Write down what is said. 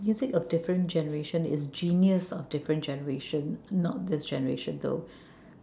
music of different generation is genius of different generation not this generation though